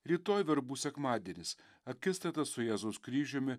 rytoj verbų sekmadienis akistata su jėzaus kryžiumi